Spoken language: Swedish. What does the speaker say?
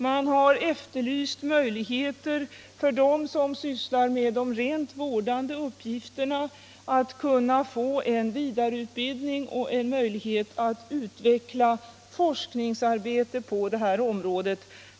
Man har efterlyst möjligheter för dem som sysslar med de rent vårdande uppgifterna att kunna få en vidareutbildning och möjligheter att utveckla forskningsarbetet på detta område.